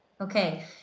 Okay